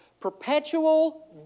Perpetual